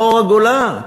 מאור הגולה,